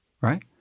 right